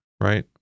right